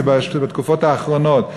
זה בתקופות האחרונות,